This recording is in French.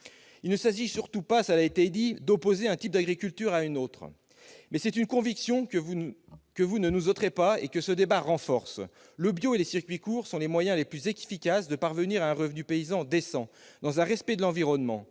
Il ne s'agit surtout pas, cela a été dit, d'opposer un type d'agriculture à un autre. Mais c'est une conviction que l'on ne nous ôtera pas et que ce débat renforce : le bio et les circuits courts sont les moyens les plus efficaces de parvenir à un revenu paysan décent, dans le respect de l'environnement.